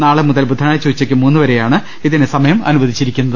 നാളെമുതൽ ബുധനാഴ്ച ഉച്ചയ്ക്ക് മൂന്നുവരെയാണ് ഇതിന് സമയം അനുവദിച്ചിരിക്കുന്നത്